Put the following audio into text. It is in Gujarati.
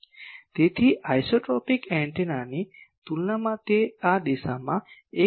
તેથી આઇસોટ્રોપિક એન્ટેનાની તુલનામાં તે આ દિશામાં 1